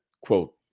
quote